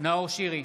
נאור שירי,